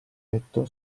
letto